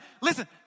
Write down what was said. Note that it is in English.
listen